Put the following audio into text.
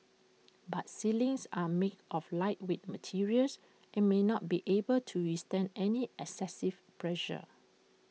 but ceilings are made of lightweight materials and may not be able to withstand any excessive pressure